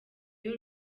ryo